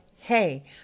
Hey